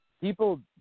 people